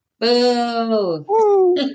Boo